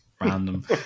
random